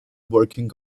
working